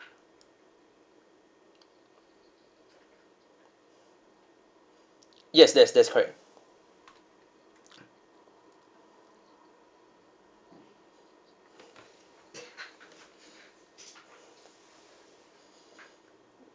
yes that's that's correct